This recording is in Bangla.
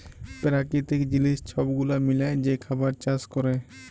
পেরাকিতিক জিলিস ছব গুলা মিলায় যে খাবার চাষ ক্যরে